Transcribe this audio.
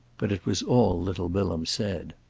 but it was all little bilham said.